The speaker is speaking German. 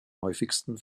häufigsten